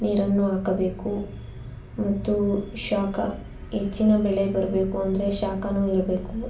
ನೀರನ್ನು ಹಾಕಬೇಕು ಮತ್ತು ಶಾಖ ಹೆಚ್ಚಿನ ಬೆಳೆ ಬರಬೇಕು ಅಂದರೆ ಶಾಖನೂ ಇರಬೇಕು